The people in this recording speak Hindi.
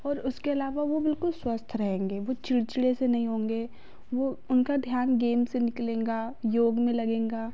और उसको आलावा वो बिलकुल स्वस्थ रहेंगे वे चिड़चिड़े से नहीं होंगे वह उनका ध्यान गेम से निकलेगा योग में लगेगा